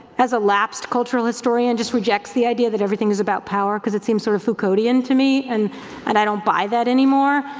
as a lapsed cultural historian, just rejects the idea that everything is about power cause it seems sort of foucauldian to me and and i don't buy that anymore.